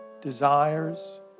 desires